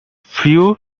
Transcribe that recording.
few